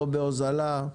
לא בהוזלה,